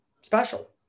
special